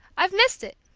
i've missed it!